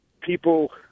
people